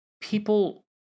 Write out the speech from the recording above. People